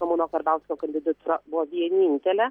ramūno karbauskio kandidatūra buvo vienintelė